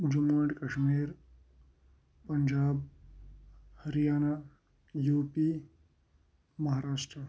Jammu and Kashmir Punjab Haryana U P Maharashtra